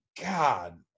God